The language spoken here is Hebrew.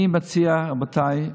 אני מציע, רבותיי,